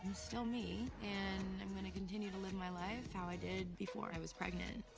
still me, and i'm gonna continue to live my life how i did before i was pregnant.